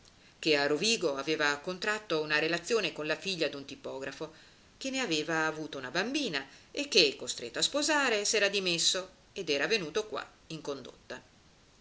che a rovigo aveva contratto una relazione con la figlia d'un tipografo che ne aveva avuto una bambina e che costretto a sposare s'era dimesso ed era venuto qua in condotta